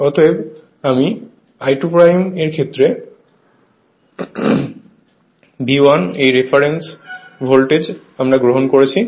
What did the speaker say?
অতএব আমি I2 এর ক্ষেত্রে V1 এই রেফারেন্স ভোল্টেজ আমরা গ্রহণ করেছি